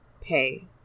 pay